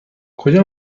کجا